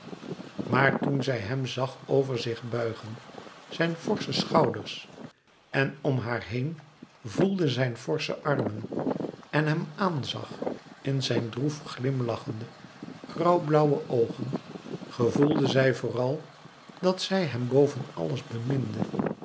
maar toen zij hem zag over zich buigen zijn forsche schouders en om haar heen voelde zijn forsche armen en hem aan zag in zijn droef glimlachende grauwblauwe oogen gevoelde zij vooral dat zij hem boven alles beminde